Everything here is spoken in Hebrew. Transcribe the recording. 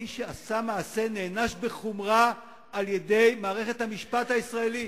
מי שעשה מעשה נענש בחומרה על-ידי מערכת המשפט הישראלית.